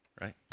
right